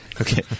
Okay